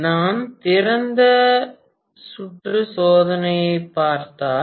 நான் திறந்த சுற்று சோதனையைப் பார்த்தால்